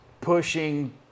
pushing